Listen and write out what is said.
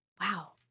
Wow